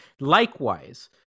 Likewise